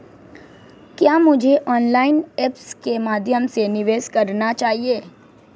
क्या मुझे online apps के माध्यम से निवेश करना चाहिए?